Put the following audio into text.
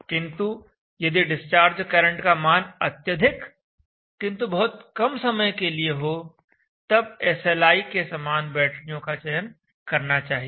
किंतु यदि discharge current का मान अत्यधिक किंतु बहुत कम समय के लिए हो तब एसएलआई के समान बैटरियों का चयन करना चाहिए